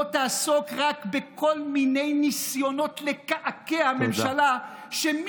לא תעסוק רק בכל מיני ניסיונות לקעקע ממשלה,